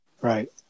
Right